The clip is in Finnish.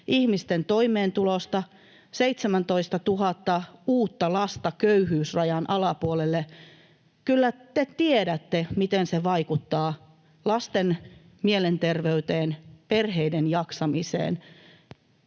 ihmisten toimeentulosta — 17 000 uutta lasta köyhyysrajan alapuolelle. Kyllä te tiedätte, miten se vaikuttaa lasten mielenterveyteen, perheiden jaksamiseen.